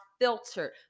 filtered